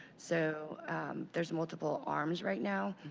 so there's multiple arms right now.